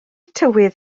tywydd